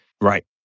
Right